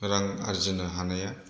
रां आरजिनो हानाया